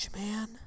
Man